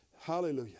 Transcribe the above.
Hallelujah